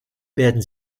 werden